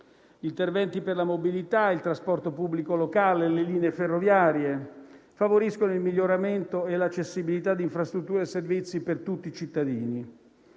Gli interventi per la mobilità, il trasporto pubblico locale e le linee ferroviarie favoriscono il miglioramento e l'accessibilità di infrastrutture e servizi per tutti i cittadini.